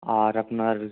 আর আপনার